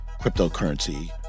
cryptocurrency